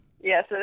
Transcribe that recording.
Yes